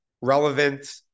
relevant